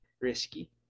risky